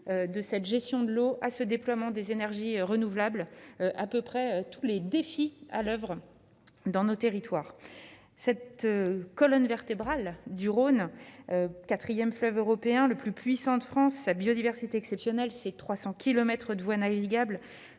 de cette gestion de l'eau à ce déploiement des énergies renouvelables à peu près tous les défis à l'oeuvre dans nos territoires, cette colonne vertébrale du Rhône 4ème fleuve européen le plus puissant de France sa biodiversité exceptionnelle, c'est 300 kilomètres de voies navigables